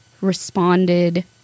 responded